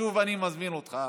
שוב אני מזמין אותך.